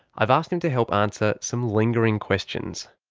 i've asked him to help answer some lingering questions.